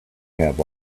have